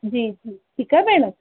जी जी ठीक आहे भेण